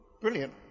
brilliant